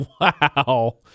wow